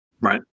Right